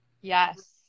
Yes